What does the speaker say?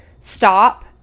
stop